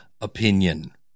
opinion